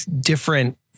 different